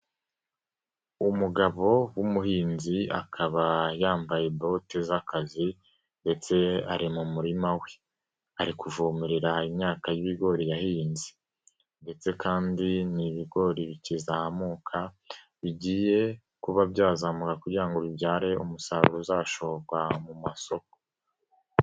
Umugabo w'umuhinzi akaba yambaye bote z'akazi ndetse ari mu murima we ari kuvomerera imyaka y'ibigori yahinze ndetse kandi ni ibigori bikizamuka, bigiye kuba byazamura kugira ngo bibyare umusaruro uzashorwa mu masoko.